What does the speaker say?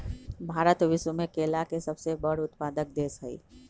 भारत विश्व में केला के सबसे बड़ उत्पादक देश हई